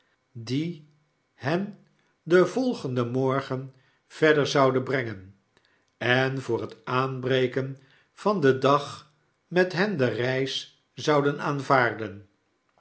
die hen den volgenden morgen verder zouden brengen en voor het aanbrekenvan den dag met hen de reis zouden aanvaarden